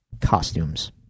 Costumes